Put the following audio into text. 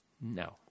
No